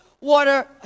water